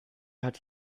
hatte